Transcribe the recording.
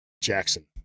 Jackson